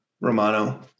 Romano